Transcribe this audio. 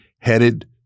headed